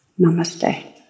Namaste